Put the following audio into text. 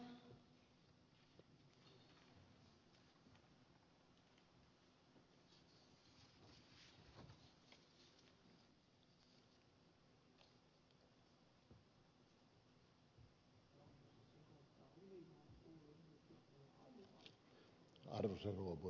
arvoisa rouva puhemies